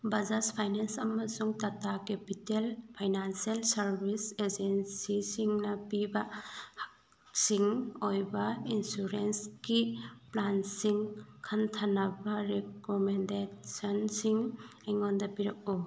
Bajaj finance ꯑꯃꯁꯨꯡ Tata capital financial service ꯑꯦꯖꯦꯟꯁꯤꯁꯤꯡꯅ ꯄꯤꯕ ꯁꯤꯡ ꯑꯣꯏꯕ ꯏꯟꯁꯨꯔꯦꯟꯁꯀꯤ ꯄ꯭ꯂꯥꯟꯁꯤꯡ ꯈꯟꯊꯅꯕ ꯔꯤꯀꯣꯃꯦꯟꯗꯦꯁꯟꯁꯤꯡ ꯑꯩꯉꯣꯟꯗ ꯄꯤꯔꯛꯎ